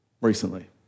recently